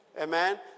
Amen